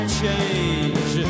change